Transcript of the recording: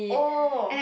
oh